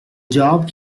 job